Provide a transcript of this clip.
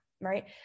right